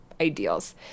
ideals